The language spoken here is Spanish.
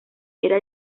era